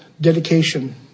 dedication